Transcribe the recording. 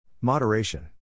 Moderation